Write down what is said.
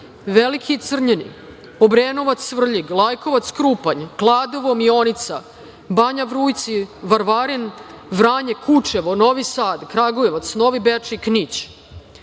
Veliki Crnjani, Obrenovac, Svrljig, Lajkovac, Krupanj, Kladovo, Mionica, Banja Vrujici, Varvarin, Vranje, Kučevo, Novi Sad, Kragujeva, Novi Bečej, Knić.